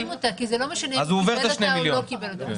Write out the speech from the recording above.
מחשיבים אותה כי זה לא משנה אם הוא קיבל אותה או לא קיבל אותה.